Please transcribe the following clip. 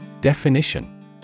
Definition